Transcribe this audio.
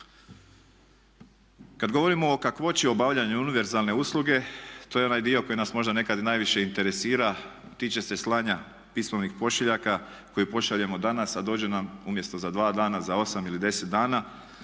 Kad govorimo o kakvoći obavljanja univerzalne usluge to je onaj dio koji nas možda nekad i najviše interesira, tiče se slanja pismenih pošiljaka koje pošaljemo danas a dođe nam umjesto za dva dana za osam ili deset dana.